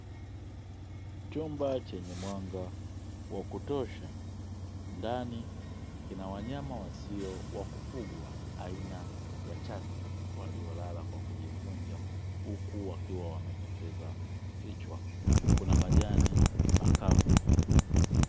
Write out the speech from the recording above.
Chumba chenye mwanga wa kutosha, ndani kina wanyama wasio wa kufugwa aina ya chatu waliolala kwa kujikunja, huku wakiwa wamening'iniza kichwa, kuna majani makavu.